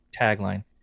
tagline